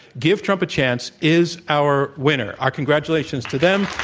give trump a chance, is our winner. our congratulations to them.